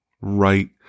right